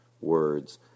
words